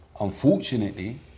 Unfortunately